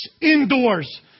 indoors